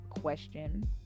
question